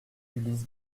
ulysse